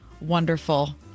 wonderful